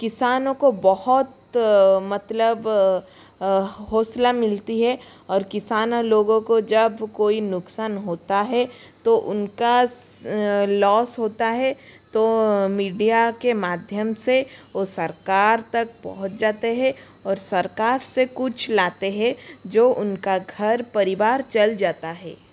किसानों को बहुत मतलब हौसला मिलती है और किसान लोगों को जब कोई नुकसान होता है तो उनका लॉस होता है तो मीडिया के माध्यम से और सरकार तक पहुँच जाते हैं और सरकार से कुछ लाते हैं जो उनके घर परिवार चल जाता है